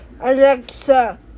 Alexa